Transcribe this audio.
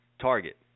target